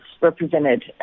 represented